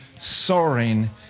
soaring